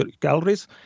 calories